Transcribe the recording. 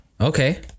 Okay